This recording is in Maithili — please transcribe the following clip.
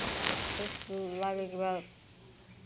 सुस्त लागयके बाद